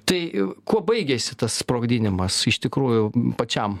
tai kuo baigėsi tas sprogdinimas iš tikrųjų pačiam